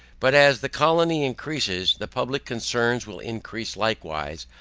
but as the colony increases, the public concerns will increase likewise,